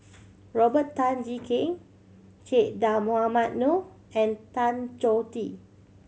Robert Tan Jee Keng Che Dah Mohamed Noor and Tan Choh Tee